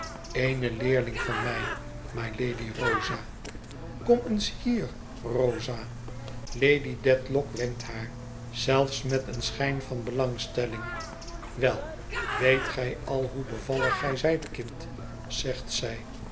eene leerling van mij mylady rosa kom eens hier rosa lady dedlock wenkt haar zelfs met een schijn van belangstelling wel weet gij al hoe bevallig gij zijt kind zegt zij